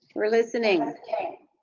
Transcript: we're listening okay